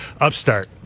upstart